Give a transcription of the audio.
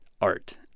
art